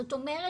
זאת אומרת